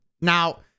Now